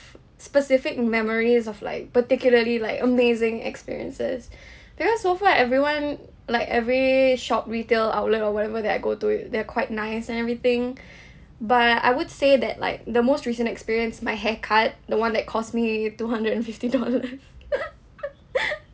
specific memories of like particularly like amazing experiences because so far everyone like every shop retail outlet or whatever that I go to they are quite nice and everything but I would say that like the most recent experience my haircut the one that cost me two hundred and fifty dollars